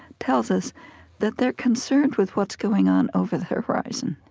tells us that they're concerned with what's going on over the horizon